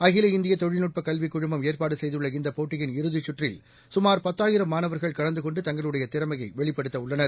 அகில இந்தியதொழில்நுட்பகல்விகுழுமம் ஏற்பாடுசெய்துள்ள இந்தபோட்டியின் இறுதிச் சுற்றில் சுமார் பத்தாயிரம் மாணவர்கள் கலந்துகொண்டு தங்களுடையதிறமையைவெளிப்படுத்தவுள்ளனர்